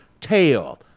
tail